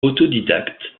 autodidacte